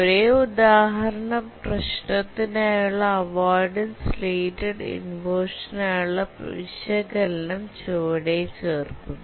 ഒരേ ഉദാഹരണ പ്രശ്നത്തിനായുള്ള അവോയ്ഡൻസ് റിലേറ്റഡ് ഇൻവെർഷൻ നായുള്ള വിശകലനം ചുവടെ ചേർക്കുന്നു